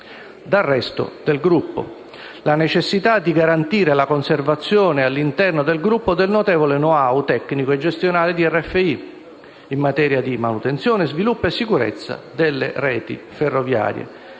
dal resto del gruppo; la necessità di garantire la conservazione, all'interno del gruppo, del notevole *know-how* tecnico e gestionale di RFI in materia di manutenzione, sviluppo e sicurezza delle reti ferroviarie,